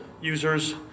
users